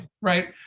right